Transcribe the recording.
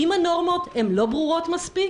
אם הנורמות הן לא ברורות מספיק